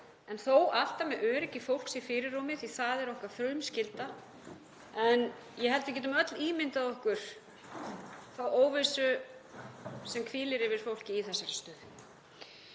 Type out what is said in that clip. en þó alltaf með öryggi fólks í fyrirrúmi því að það er okkar frumskylda. En ég held við getum öll ímyndað okkur þá óvissu sem hvílir yfir fólki í þessari stöðu.